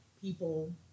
people